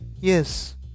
Yes